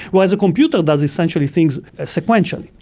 whereas a computer does essentially things sequentially.